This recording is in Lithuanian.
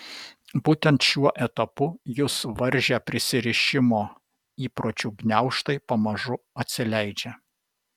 būtent šiuo etapu jus varžę prisirišimo įpročių gniaužtai pamažu atsileidžia